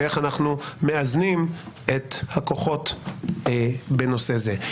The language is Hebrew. ואיך אנחנו מאזנים את הכוחות בנושא זה.